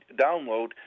download